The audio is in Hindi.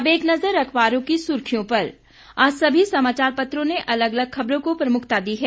अब एक नजर अखबारों की सुर्खियों पर आज सभी समाचार पत्रों ने अलग अलग खबरों को प्रमुखता दी है